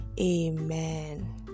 Amen